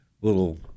little